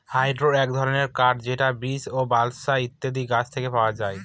hardwood এক ধরনের কাঠ যেটা বীচ, বালসা ইত্যাদি গাছ থেকে পাওয়া যায়